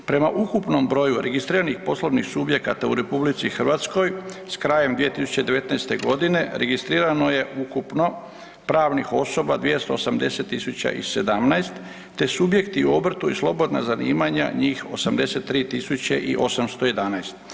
Prema ukupnom broju registriranih poslovnih subjekata u RH s krajem 2019. godine registrirano je ukupno pravnih osoba 280.017 te subjekti u objektu i slobodna zanimanja njih 83.811.